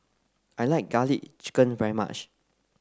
I like Garlic Chicken very much